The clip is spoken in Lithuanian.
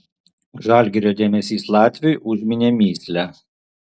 žalgirio dėmesys latviui užminė mįslę